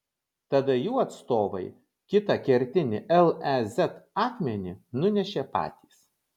tada jų atstovai kitą kertinį lez akmenį nunešė patys